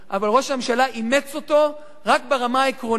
אבל ראש הממשלה אימץ אותו רק ברמה העקרונית,